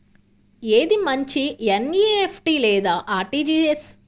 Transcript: ఏది మంచి ఎన్.ఈ.ఎఫ్.టీ లేదా అర్.టీ.జీ.ఎస్?